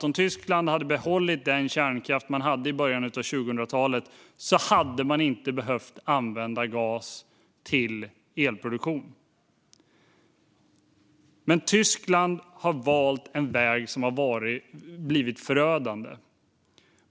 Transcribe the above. Om Tyskland hade behållit den kärnkraft man hade i början av 2000-talet hade man inte behövt använda gas till elproduktion. Men Tyskland har valt en väg som har varit förödande.